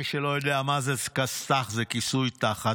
מי שלא יודע מה זה כסת"ח, זה כיסוי תחת.